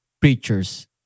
preachers